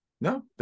No